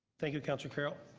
thank you councillor carroll.